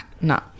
No